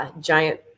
Giant